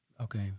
Okay